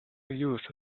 use